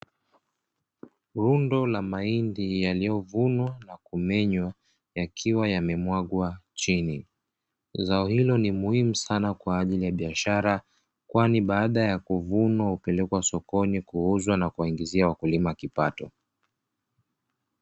Rundo la mahindi yaliyovunwa na kumenywa yakiwa yamemwagwa chini, zao hilo ni muhimu sana kwa ajili ya biashara, kwani baada ya kuvunwa hupelekwa sokoni kuuzwa na kuwaingizia wakulima kipato.